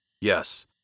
Yes